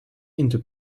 into